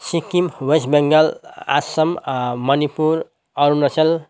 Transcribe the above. Sikkim west Bengal Assam Manipur Arunachal